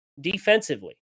Defensively